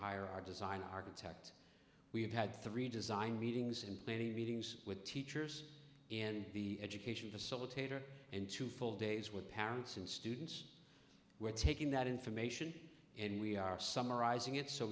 hire our design architect we have had three design meetings in planning meetings with teachers in the education facilitator and two full days with parents and students were taking that information and we are s